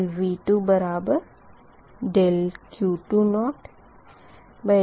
∆V2 बराबर ∆Q2dQ2dV2 है